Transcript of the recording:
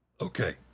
Okay